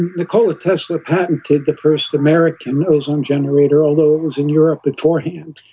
nikola tesla patented the first american ozone generator, although it was in europe beforehand.